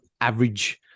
average